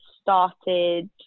started